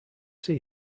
see